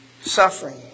suffering